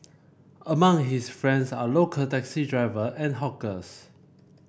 among his friends are local taxi driver and hawkers